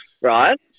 right